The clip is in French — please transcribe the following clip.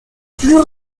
plus